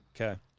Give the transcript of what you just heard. Okay